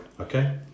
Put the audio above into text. Okay